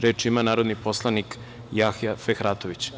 Reč ima narodni poslanik Jahja Fehratović.